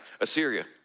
Assyria